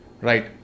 Right